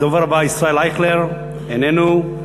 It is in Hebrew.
הדובר הבא, ישראל אייכלר, איננו.